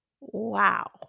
Wow